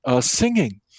singing